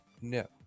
No